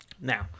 Now